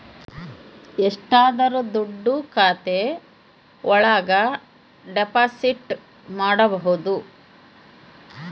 ಎಷ್ಟಾದರೂ ದುಡ್ಡು ಖಾತೆ ಒಳಗ ಡೆಪಾಸಿಟ್ ಮಾಡ್ಬೋದು